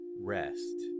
rest